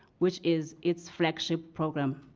which is its flagship program.